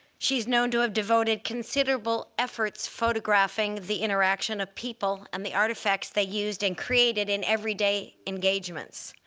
she's known to have devoted considerable efforts photographing the interaction of people and the artifacts they used and created in everyday engagements.